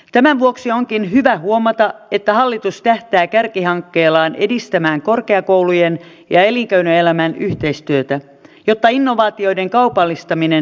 tämän vuoksi onkin hyvä huomata että hallitus tähtää kärkihankkeillaan edistämään korkeakoulujen ja elinkeinoelämän yhteistyötä jotta innovaatioiden kaupallistaminen tehostuisi